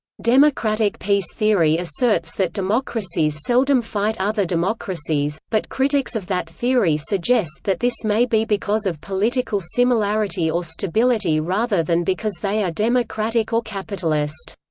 democratic peace theory asserts that democracies seldom fight other democracies, but critics of that theory suggest that this may be because of political similarity or stability rather than because they are democratic or capitalist.